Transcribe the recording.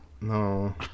no